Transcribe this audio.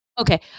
okay